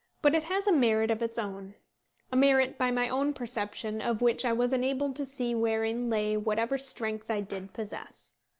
but it has a merit of its own a merit by my own perception of which i was enabled to see wherein lay whatever strength i did possess.